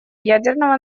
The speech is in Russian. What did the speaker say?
ядерного